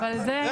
רגע,